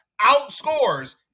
outscores